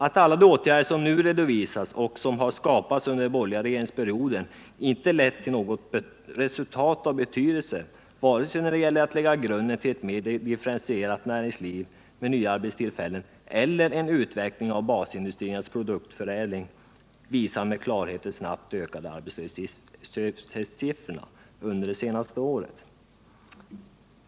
Att alla de åtgärder som nu redovisats och som har skapats under den borgerliga regeringsperioden inte lett till något resultat av betydelse, vare sig när det gäller att lägga grunden till ett mera differentierat näringsliv med nya arbetstillfällen eller när det gäller en utveckling av basindustriernas produktförädling, visar med klarhet de snabbt ökande arbetslöshetssiffrorna under de senaste åren.